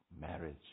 marriage